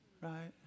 right